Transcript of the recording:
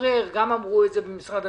התברר, גם אמרו את זה במשרד המשפטים,